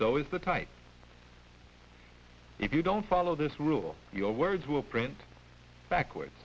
so is the type if you don't follow this rule your words will print backwards